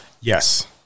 yes